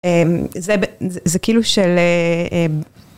זה כאילו של אהה...